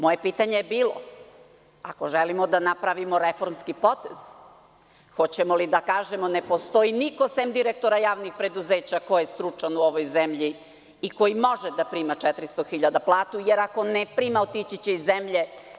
Moje pitanje je bilo – ako želimo da napravimo reformski potez, hoćemo li da kažemo – ne postoji niko sem direktora javnih preduzeća, ko je stručan u ovoj zemlji, i koji može da prima 400.000 platu, jer ako ne prima otići će iz zemlje.